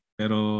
pero